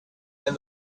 and